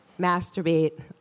masturbate